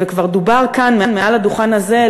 וכבר דובר כאן מעל הדוכן הזה,